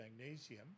magnesium